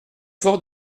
fort